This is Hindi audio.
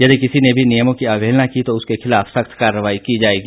यदि किसी ने भी नियमों की अवहेलना की तो उसके खिलाफ सख्त कार्रवाई की जाएगी